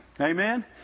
Amen